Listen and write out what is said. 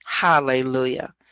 Hallelujah